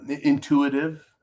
intuitive